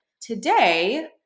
Today